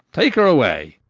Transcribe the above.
take her away.